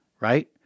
right